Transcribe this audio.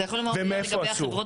אתה יכול לומר מילה לגבי החברות